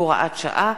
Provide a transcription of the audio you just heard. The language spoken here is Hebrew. הוראת שעה),